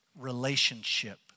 relationship